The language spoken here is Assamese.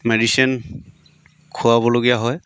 মেডিচিন খোৱাবলগীয়া হয়